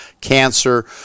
cancer